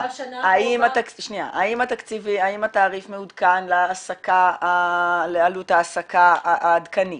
האם התעריף מעודכן לעלות העסקה העדכנית,